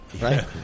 right